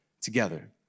together